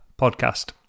podcast